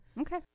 Okay